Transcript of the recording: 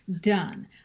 done